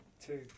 two